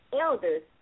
elders